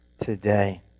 today